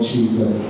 Jesus